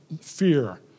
fear